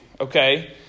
okay